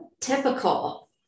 typical